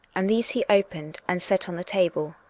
and these he opened and set on the table.